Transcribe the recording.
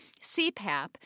CPAP